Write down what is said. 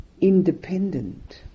independent